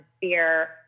fear